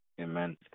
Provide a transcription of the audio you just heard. Amen